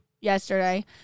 yesterday